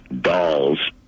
dolls